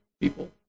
people